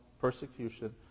persecution